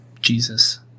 Jesus